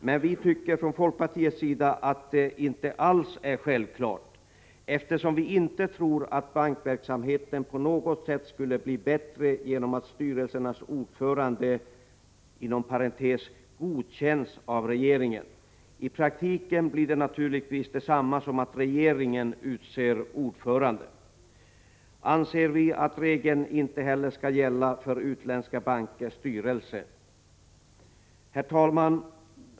Men vi tycker från folkpartiets sida att det inte alls är självklart. Eftersom vi inte tror att bankverksamheten på något sätt skulle bli bättre genom att styrelsernas ordförande ”godkänns” av regeringen — i praktiken blir det naturligtvis detsamma som att regeringen utser ordförande —, anser vi att regeln inte heller skall gälla för utländska bankers styrelser. Herr talman!